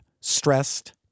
stressed